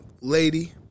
lady